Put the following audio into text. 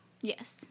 Yes